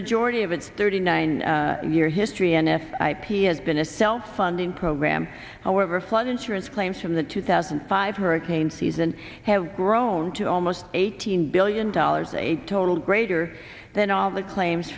majority of its thirty nine year history n f ip has been a self funding program however flood insurance claims from the two thousand and five hurricane season have grown to almost eighteen billion dollars a total greater than all the claims